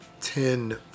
Ten